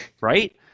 Right